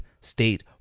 State